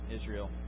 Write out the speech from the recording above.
Israel